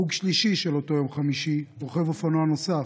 הרוג שלישי באותו יום חמישי הוא רוכב אופנוע נוסף,